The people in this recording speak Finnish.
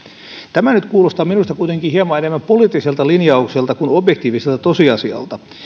tämä nyt kuulostaa minusta kuitenkin hieman enemmän poliittiselta linjaukselta kuin objektiiviselta tosiasialta